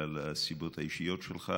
בגלל הנסיבות האישיות שלך,